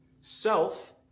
Self